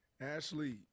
ashley